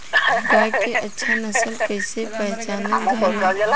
गाय के अच्छी नस्ल कइसे पहचानल जाला?